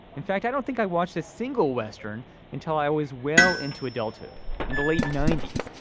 in fact i don't think i watched a single western until i was well into adulthood in the late ninety s.